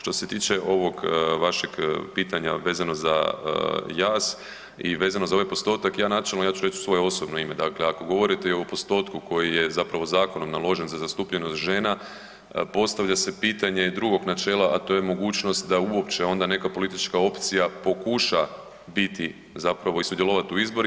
Što se tiče ovog vašeg pitanja vezano za jaz i vezano za ovaj postotak, ja načelno, ja ću reći u svoje osobno ime, dakle ako govorite o postotku koji je zakonom naložen za zastupljenost žena, postavlja se pitanje drugog načela, a to je mogućnost da uopće onda neka politička opcija pokuša biti i sudjelovati u izborima.